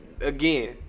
again